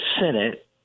Senate